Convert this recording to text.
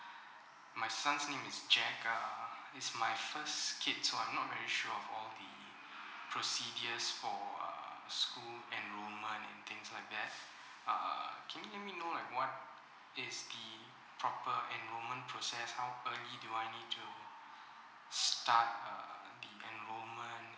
my sons in this check uh is my first kid so I'm not very sure of all the procedures for uh school enrolment and things like that uh can you let me know like what is the proper enrolment process how early do I need to start err the enrolment